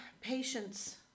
patience